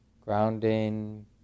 grounding